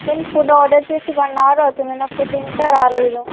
నేను food order చేసి one hour అవుతుంది నా ఫుడ్ ఇంకా రాలేదు